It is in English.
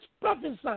prophesying